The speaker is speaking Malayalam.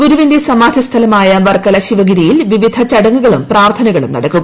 ഗുരുവിന്റെ സ്മാധി സ്ഥലമായ വർക്കല ശിവഗിരിയിൽ വിവിധ ചടങ്ങുകളും പ്പ്പിർത്ഥനകളും നടക്കും